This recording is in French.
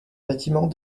bâtiments